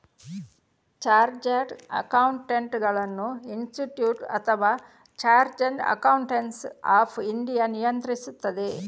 chartered ಅಕೌಂಟೆಂಟುಗಳನ್ನು institute of chartered accountants of India ನಿಯಂತ್ರಿಸುತ್ತದೆ